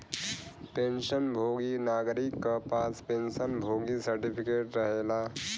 pension भोगी नागरिक क पास पेंशन भोगी सर्टिफिकेट रहेला